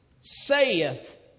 saith